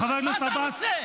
שאתה רוצה.